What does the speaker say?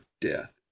death